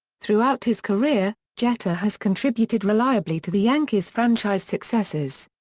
throughout his career, jeter has contributed reliably to the yankees' franchise successes.